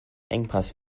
engpass